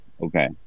Okay